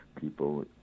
people